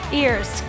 ears